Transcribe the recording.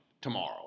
tomorrow